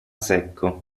secco